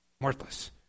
Worthless